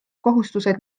kohustused